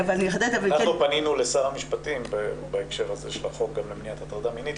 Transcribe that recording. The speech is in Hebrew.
אנחנו פנינו לשר המשפטים בהקשר הזה של החוק גם למניעת הטרדה מינית,